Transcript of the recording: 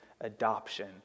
adoption